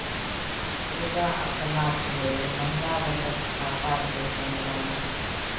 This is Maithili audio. पुजा अपना लेल महिला बचत खाताकेँ चुनलनि